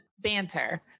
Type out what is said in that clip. banter